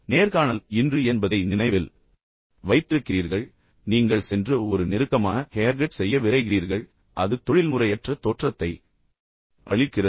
நேர்காணல் இன்று என்பதை நீங்கள் நினைவில் வைத்திருக்கிறீர்கள் பின்னர் நீங்கள் சென்று ஒரு நெருக்கமான ஹேர்கட் செய்ய விரைகிறீர்கள் அது மீண்டும் மிகவும் தொழில்முறையற்ற தோற்றத்தை அளிக்கிறது